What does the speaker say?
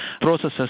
processes